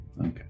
Okay